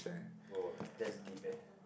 !woah! that's deep eh